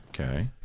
Okay